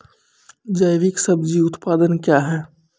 जैविक सब्जी उत्पादन क्या हैं?